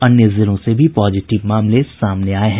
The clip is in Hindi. अन्य जिलों से भी पॉजिटिव मामले सामने आये हैं